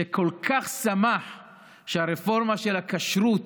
שכל כך שמח שהרפורמה של הכשרות